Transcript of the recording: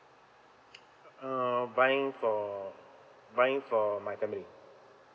err buying for buying for my family